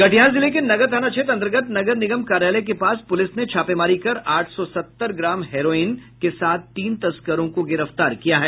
कटिहार जिले के नगर थाना क्षेत्र अंतर्गत नगर निगम कार्यालय के पास पुलिस ने छापेमारी कर आठ सौ सत्तर ग्राम हेरोइन के साथ तीन तस्करों को गिरफ्तार किया है